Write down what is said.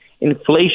inflation